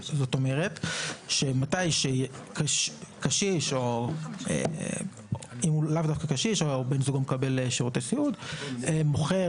זאת אומרת שקשיש או מי שבן זוגו מקבל שירותי סיעוד והוא מוכר